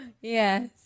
yes